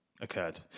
occurred